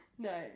No